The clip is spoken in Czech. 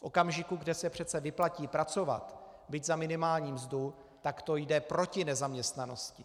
V okamžiku, kdy se přece vyplatí pracovat, byť za minimální mzdu, tak to jde proti nezaměstnanosti.